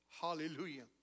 Hallelujah